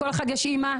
לכל אחד יש אמא,